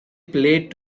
played